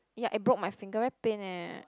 yeah I broke my finger very pain eh